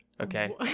Okay